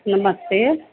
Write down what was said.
ਨਮਸਤੇ